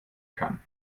kann